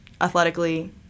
athletically